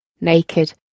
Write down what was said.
Naked